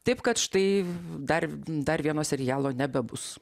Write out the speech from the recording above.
taip kad štai dar dar vieno serialo nebebus